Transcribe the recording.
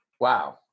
Wow